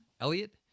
elliot